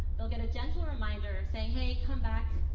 they'll get a gentle reminder saying, hey, come back.